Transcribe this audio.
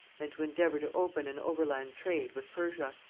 and to endeavour to open an overland trade with persia.